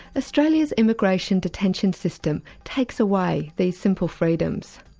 australia's immigration detention system takes away these simple freedoms,